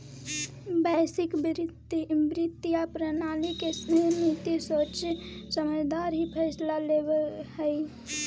वैश्विक वित्तीय प्रणाली की समिति सोच समझकर ही फैसला लेवअ हई